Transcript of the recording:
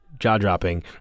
jaw-dropping